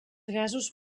gasos